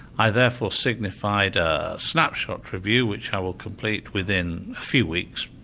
i therefore signified a snapshot review, which i will complete within a few weeks,